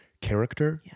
character